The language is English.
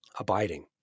abiding